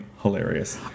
hilarious